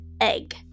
egg